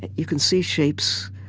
and you can see shapes,